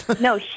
no